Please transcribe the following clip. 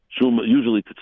usually